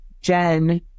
Jen